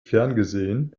ferngesehen